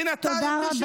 תודה רבה.